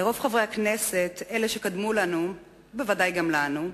לרוב חברי הכנסת, אלה שקדמו לנו וודאי גם לנו,